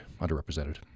underrepresented